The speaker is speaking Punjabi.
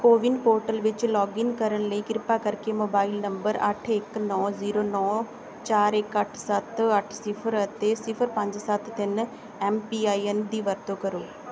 ਕੋਵਿਨ ਪੋਰਟਲ ਵਿੱਚ ਲੌਗਇਨ ਕਰਨ ਲਈ ਕਿਰਪਾ ਕਰਕੇ ਮੋਬਾਈਲ ਨੰਬਰ ਅੱਠ ਇੱਕ ਨੌ ਜ਼ੀਰੋ ਨੌ ਚਾਰ ਇੱਕ ਅੱਠ ਸੱਤ ਅੱਠ ਸਿਫਰ ਅਤੇ ਸਿਫਰ ਪੰਜ ਸੱਤ ਤਿੰਨ ਐੱਮ ਪੀ ਆਈ ਐੱਨ ਦੀ ਵਰਤੋਂ ਕਰੋ